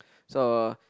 so